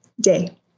day